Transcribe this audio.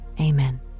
amen